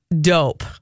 Dope